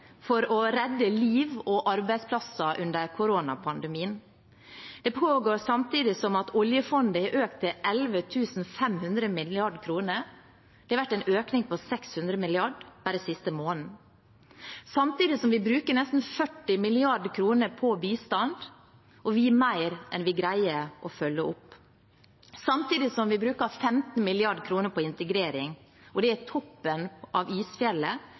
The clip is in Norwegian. for å redde liv og arbeidsplasser under koronapandemien. Det pågår samtidig som oljefondet har økt til 11 500 mrd. kr. Det har vært en økning på 600 mrd. kr bare den siste måneden. Det pågår samtidig som vi bruker nesten 40 mrd. kr på bistand, og vi gir mer enn vi greier å følge opp. Det pågår samtidig som vi bruker 15 mrd. kr på integrering, og det er toppen av isfjellet